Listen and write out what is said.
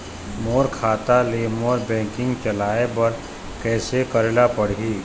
मोर खाता ले मोर बैंकिंग चलाए बर कइसे करेला पढ़ही?